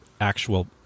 actual